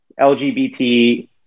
LGBT